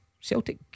Celtic